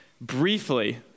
briefly